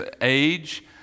age